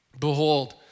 behold